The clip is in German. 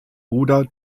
bruder